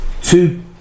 two